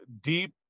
deep